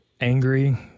angry